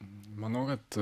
manau kad